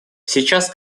сейчас